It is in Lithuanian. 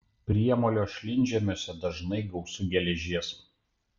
priemolio šlynžemiuose dažnai gausu geležies